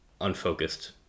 unfocused